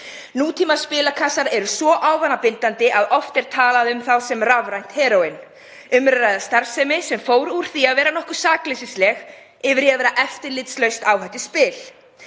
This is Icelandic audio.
Nútímaspilakassar eru svo ávanabindandi að oft er talað um þá sem rafrænt heróín. Um er að ræða starfsemi sem fór úr því að vera nokkuð sakleysisleg yfir í að vera eftirlitslaust áhættuspil.